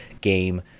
game